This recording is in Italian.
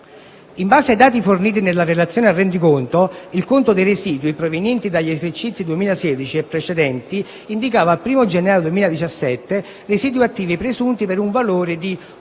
In base ai dati forniti nella relazione al rendiconto, il conto dei residui provenienti dagli esercizi 2016 e precedenti indicava al 1° gennaio 2017 residui attivi presunti per un valore di